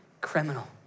criminal